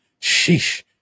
Sheesh